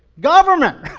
government.